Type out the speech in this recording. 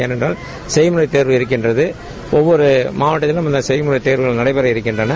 ஏனென்றால் செய்முறை தேர்வு இருக்கின்றது ஒவ்வொரு மாவட்டத்திலும் இந்த செய்முறை தேர்வு நடைபெற இருக்கின்றன